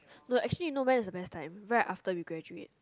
no actually you know when is the best time right after we graduate